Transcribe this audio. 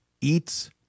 eats